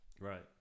Right